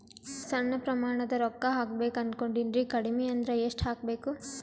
ಸಣ್ಣ ಪ್ರಮಾಣದ ರೊಕ್ಕ ಹಾಕಬೇಕು ಅನಕೊಂಡಿನ್ರಿ ಕಡಿಮಿ ಅಂದ್ರ ಎಷ್ಟ ಹಾಕಬೇಕು?